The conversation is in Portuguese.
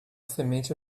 semente